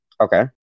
Okay